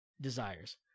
desires